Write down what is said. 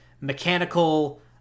Mechanical